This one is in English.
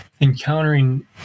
encountering